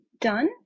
done